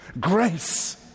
Grace